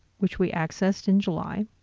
which we accessed in july.